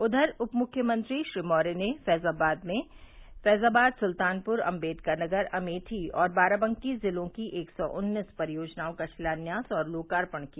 उधर उप मुख्यमंत्री श्री मौर्य ने फैज़ाबाद में फैज़ाबाद सुल्तानपुर अम्बेडकर नगर अमेठी और बाराबंकी ज़िलों की एक सौ उन्नीस परियोजनाओं का शिलान्यास और लोकार्पण किया